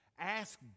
Ask